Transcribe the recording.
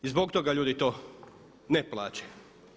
I zbog toga ljudi to ne plaćaju.